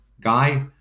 guy